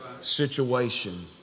situation